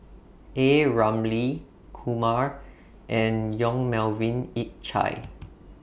A Ramli Kumar and Yong Melvin Yik Chye